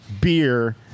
beer